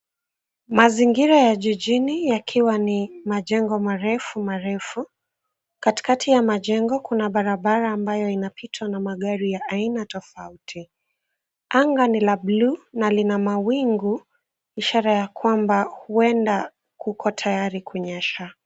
Mazingira ya jijini yakiwa ni majengo marefu marefu. Katikati ya majengo, kuna barabara ambayo inapitwa na magari ya aina tofauti. Anga ni la buluu na lina mawingu, ishara ya kwamba huenda kuko tayari kunyesha.